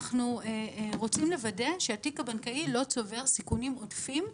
אנחנו רוצים לוודא שהתיק הבנקאי לא צובר סיכונים עודפים,